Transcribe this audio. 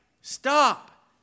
stop